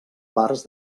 parts